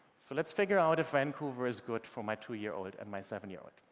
so let's figure out if vancouver is good for my two-year-old and my seven-year-old.